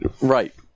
Right